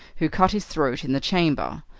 who cut his throat in the chamber,